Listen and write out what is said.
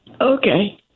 Okay